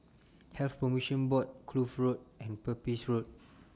Health promotion Board Kloof Road and Pepys Road